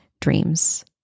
dreams